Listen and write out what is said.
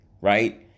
Right